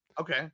Okay